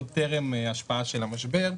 עוד טרם ההשפעה של המשבר,